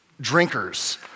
drinkers